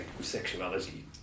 sexuality